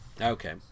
Okay